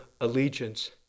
allegiance